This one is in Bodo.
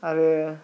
आरो